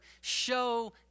show